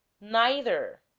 neither.